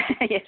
Yes